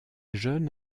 jeune